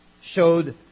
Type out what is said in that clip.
showed